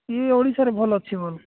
ଇଏ ଓଡ଼ିଶାରେ ଭଲ ଅଛି ବୋଲ